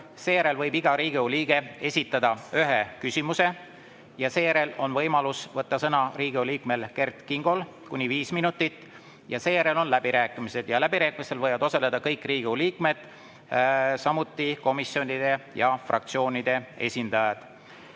Seejärel võib iga Riigikogu liige esitada ühe küsimuse. Seejärel on võimalus võtta sõna Riigikogu liikmel Kert Kingol, kuni viis minutit. Seejärel on läbirääkimised. Läbirääkimistel võivad osaleda kõik Riigikogu liikmed, samuti komisjonide ja fraktsioonide esindajad.